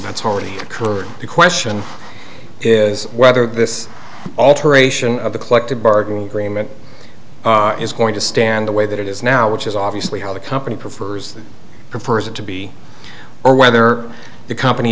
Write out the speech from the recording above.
that's already occurred the question is whether this alteration of the collective bargaining agreement is going to stand the way that it is now which is obviously how the company prefers that prefers it to be or whether the company